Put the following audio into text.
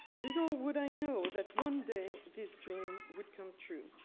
little would i know that one day this dream would come true.